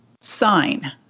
sign